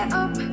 up